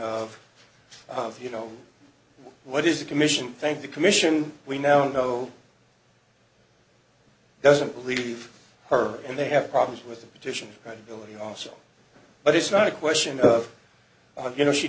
of you know what is the commission thank the commission we now know doesn't believe her and they have problems with the petition and ability also but it's not a question of you know she